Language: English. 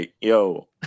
yo